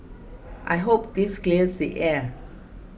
I hope this clears the air